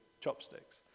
chopsticks